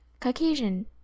Caucasian